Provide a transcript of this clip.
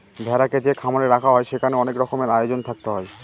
ভেড়াকে যে খামারে রাখা হয় সেখানে অনেক রকমের আয়োজন থাকতে হয়